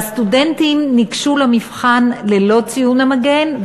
והסטודנטים ניגשו למבחן ללא ציון המגן,